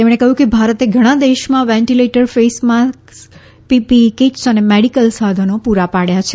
તેમણે કહ્યું કે ભારતે ઘણા દેશોમાં ventilator face mask PPE kits અને મેડિકલ સાધનો પૂરા પાડયા છે